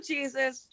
Jesus